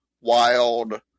Wild